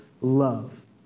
love